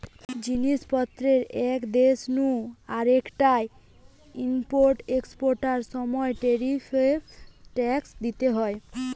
জিনিস পত্রের এক দেশ নু আরেকটায় ইম্পোর্ট এক্সপোর্টার সময় ট্যারিফ ট্যাক্স দিইতে হয়